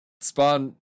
Spawn